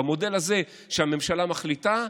במודל הזה שהממשלה מחליטה,